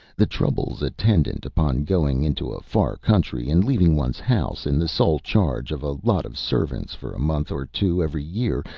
the troubles attendant upon going into a far country, and leaving one's house in the sole charge of a lot of servants for a month or two every year,